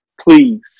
Please